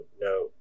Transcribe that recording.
no